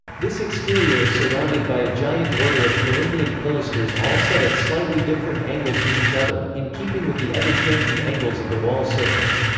this exterior is surrounded by a giant order of corinthian pilasters all set at slightly different angles to each other, in keeping with the ever-changing angles of the wall's surface.